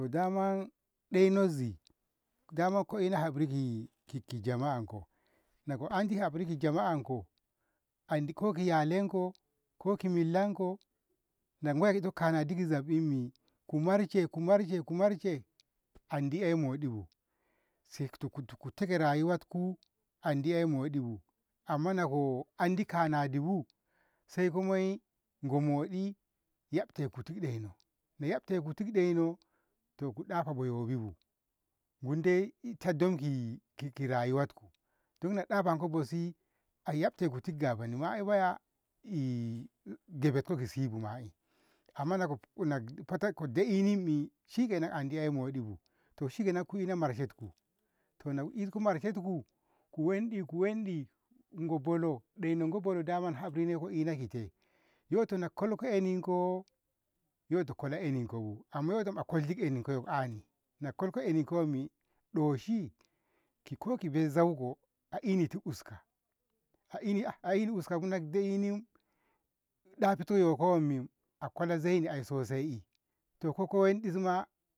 daman deno zi daman ko ina habri ki ki jama'anko nako andi habri jama'anko andi ko ki iyalenko ko ki millanko nago kanadi ki zaɓɓinni kumarshe kumarshe kumarshe andi ey moɗibu saiku tu tu take rayuwatku andi ey moɗibu amma nago andi kanadibu saiko moyi goi modi yabteko tili deno, yabteku tili deno to ku ɗa'afa bo yobibu gunidai tade ki ki rayuwatku dan na ɗa'afa bosi a yabtekuti gabonoma baya eh gabebko sibu ma'i amma na- nako fet kode'inimmi shikenan andi ey moɗi bu to shikenan ku ina marshetku naku ino marshetku ku wanɗi ku wanɗi gobolo, ɗeno go bolo daman goko ina habri kite yoto na kolko eninko yoto a gwala eninko bu amma yoto agwala eninko saiko ani na kolko eninko wammi doshi laiki bei zauko a enitid uska a eni ah a eni uskabu nade'ini ɗafita yoko wammi a kwala zaini sosai to koko wanɗis ma